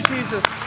Jesus